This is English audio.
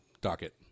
docket